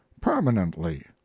permanently